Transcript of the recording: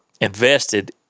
invested